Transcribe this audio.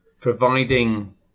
providing